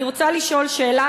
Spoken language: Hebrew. אני רוצה לשאול שאלה,